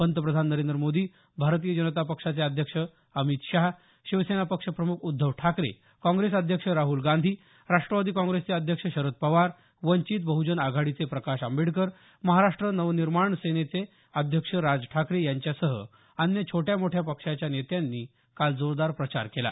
पंतप्रधान नरेंद्र मोदी भारतीय जनता पक्षाचे अध्यक्ष अमित शहा शिवसेना पक्ष प्रमुख उद्धव ठाकरे काँग्रेस अध्यक्ष राहूल गांधी राष्ट्रवादी काँग्रेसचे अध्यक्ष शरद पवार वंचित बह्जन आघाडीचे प्रकाश आंबेडकर महाराष्ट्र नवनिर्माण सेनेचे अध्यक्ष राज ठाकरे यांच्यासह अन्य छोट्या मोठ्या पक्षाच्या नेत्यांनी काल जोरदार प्रचार केला